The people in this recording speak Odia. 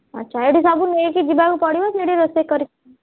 ଆଚ୍ଛା ଏଇଠି ସବୁ ନେଇକି ଯିବାକୁ ପଡ଼ିବ ସେଇଠି ରୋଷେଇ କରି